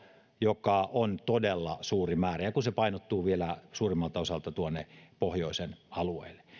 joka on todella suuri määrä ja se painottuu vielä suurimmalta osalta tuonne pohjoisen alueelle